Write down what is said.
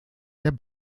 der